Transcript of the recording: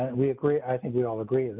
we agree i think we all agree.